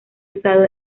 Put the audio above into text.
usado